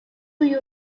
you